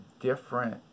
different